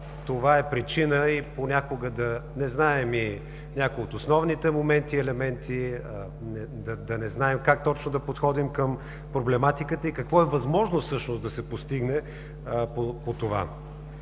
Това е причина и понякога да не знаем и някои от основните моменти и елементи, да не знаем как точно да подходим към проблематиката и какво е възможно всъщност да се постигне по това.